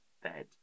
bed